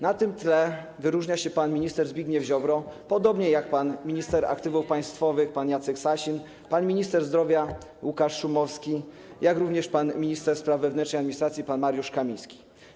Na tym tle wyróżnia się pan minister Zbigniew Ziobro, podobnie jak minister aktywów państwowych pan Jacek Sasin, minister zdrowia pan Łukasz Szumowski i minister spraw wewnętrznych i administracji pan Mariusz Kamiński.